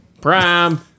Prime